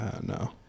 no